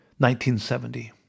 1970